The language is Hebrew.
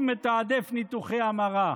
שוב מתעדף ניתוחי המרה.